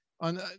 on